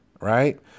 Right